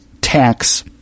tax